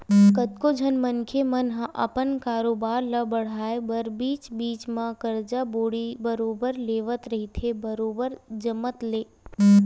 कतको झन मनखे मन ह अपन कारोबार ल बड़हाय बर बीच बीच म करजा बोड़ी बरोबर लेवत रहिथे बरोबर जमत ले